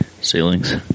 Ceilings